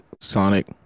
Sonic